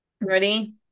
Ready